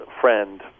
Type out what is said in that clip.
friend